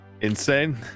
insane